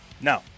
No